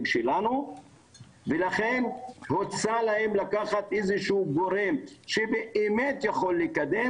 שלנו ולכן הוצע להם לקחת איזשהו גורם שבאמת יכול לקדם,